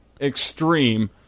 extreme